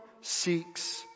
seeks